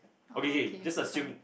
okay K just assume